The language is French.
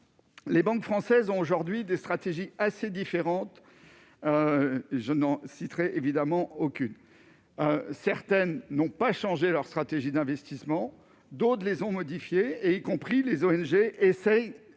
Les banques françaises ont aujourd'hui des stratégies assez différentes, je n'en citerai évidemment aucune certaines n'ont pas changé leur stratégie d'investissement, d'autres les ont modifié et y compris les ONG essaye